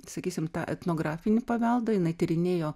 sakysim tą etnografinį paveldą jinai tyrinėjo